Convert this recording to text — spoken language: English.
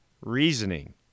reasoning